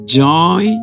joy